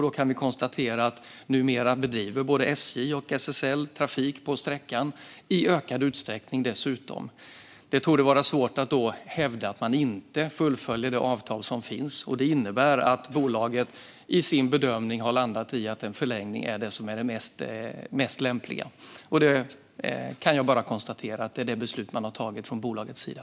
Då kan vi konstatera att SJ och SL numera bedriver trafik på sträckan, dessutom i ökad utsträckning. Det torde då vara svårt att hävda att man inte fullföljer avtalet. Det innebär att bolaget har landat i bedömningen att en förlängning är det som är det mest lämpliga. Jag kan bara konstatera att det är det beslut som man har tagit från bolagets sida.